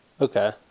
Okay